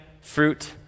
fruit